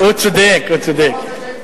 הוא צודק, הוא צודק.